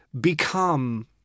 become